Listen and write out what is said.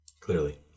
Clearly